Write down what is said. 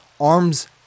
arms